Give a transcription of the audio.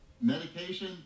medication